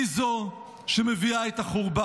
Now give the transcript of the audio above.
הוא זה שמביא את החורבן.